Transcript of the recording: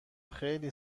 خیلی